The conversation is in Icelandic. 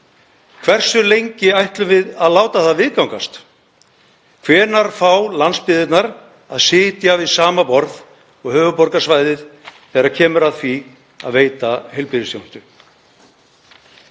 Hversu lengi ætlum við að láta það viðgangast? Hvenær fá landsbyggðirnar að sitja við sama borð og höfuðborgarsvæðið þegar kemur að því að veita heilbrigðisþjónustu?